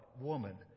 woman